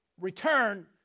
return